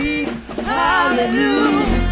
Hallelujah